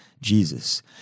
Jesus